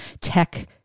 tech